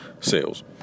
sales